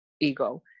ego